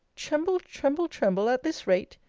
tremble, tremble, tremble, at this rate?